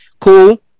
Cool